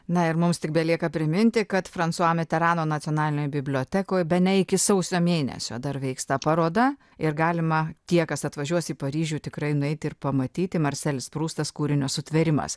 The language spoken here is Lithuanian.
na ir mums tik belieka priminti kad fransua miterano nacionalinėje bibliotekoje bene iki sausio mėnesio dar vyksta paroda ir galima tie kas atvažiuos į paryžių tikrai nueiti ir pamatyti marselis prustas kūrinio sutvėrimas